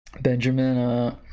benjamin